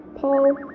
Paul